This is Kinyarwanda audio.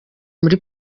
muri